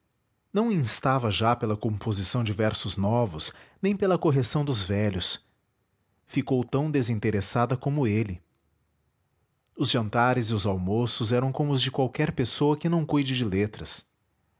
não instava já pela composição de versos novos nem pela correção dos velhos ficou tão desinteressada como ele os jantares e os almoços eram como os de qualquer pessoa que não cuide de letras